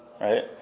right